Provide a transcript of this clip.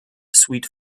sweet